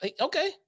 okay